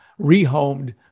rehomed